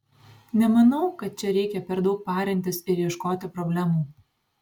nemanau kad čia reikia per daug parintis ir ieškoti problemų